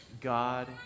God